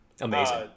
amazing